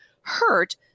hurt